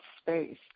space